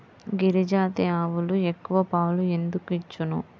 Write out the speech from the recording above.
గిరిజాతి ఆవులు ఎక్కువ పాలు ఎందుకు ఇచ్చును?